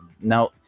Now